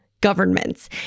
governments